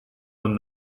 van